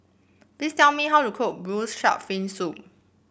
please tell me how to cook blue shark fin soup